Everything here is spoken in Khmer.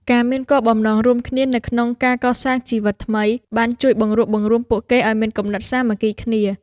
ការមានគោលបំណងរួមគ្នានៅក្នុងការកសាងជីវិតថ្មី បានជួយបង្រួបបង្រួមពួកគេឱ្យមានគំនិតសាមគ្គីគ្នា។